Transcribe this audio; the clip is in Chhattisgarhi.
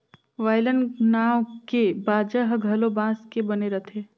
वायलन नांव के बाजा ह घलो बांस के बने रथे